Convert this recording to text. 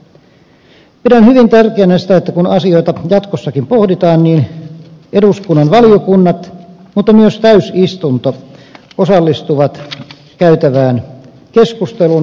pidän hyvin tärkeänä sitä että kun asioita jatkossakin pohditaan niin eduskunnan valiokunnat mutta myös täysistunto osallistuvat käytävään keskusteluun